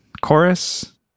chorus